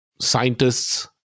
scientists